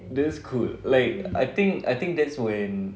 that's cool like I think I think that's when